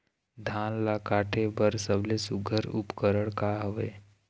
धान ला काटे बर सबले सुघ्घर उपकरण का हवए?